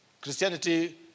Christianity